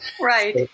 Right